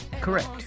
Correct